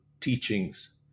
teachings